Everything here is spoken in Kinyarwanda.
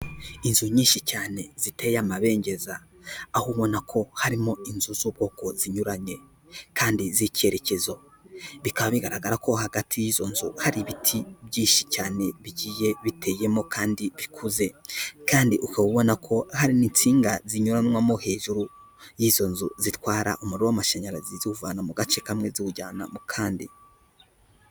Inzu nyinshi cyane ziteye amabengeza, aho ubona ko harimo inzu z'ubwoko zinyuranye kandi z'icyerekezo. Bikaba bigaragara ko hagati y'izo nzu hari ibiti byinshi cyane bigiye biteyemo kandi bikuze kandi ukaba ubona ko hari n'insinga zinyuranwamo hejuru y'izo nzu zitwara umuriro w'amashanyarazi, ziwuvana mu gace kamwe ziwujyana mu kandi.